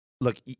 look